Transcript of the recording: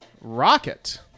Rocket